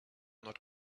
not